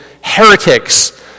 heretics